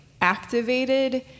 activated